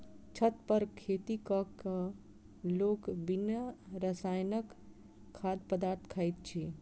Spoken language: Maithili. छत पर खेती क क लोक बिन रसायनक खाद्य पदार्थ खाइत अछि